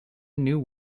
new